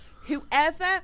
Whoever